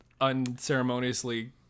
unceremoniously